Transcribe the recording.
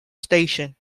station